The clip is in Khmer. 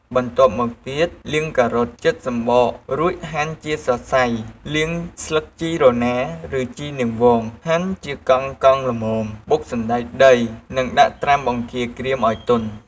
បន្ទាប់មកទៀតលាងការ៉ុត ចិតសំបក រួចហាន់ជាសរសៃ លាងស្លឹកជីរណា ឬជីនាងវងហាន់ជាកង់ៗល្មម បុកសណ្ដែកដី និងដាក់ត្រាំបង្គាក្រៀមឲ្យទន់ ។